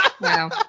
Wow